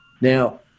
now